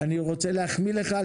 אני רוצה להחמיא לך.